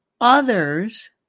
others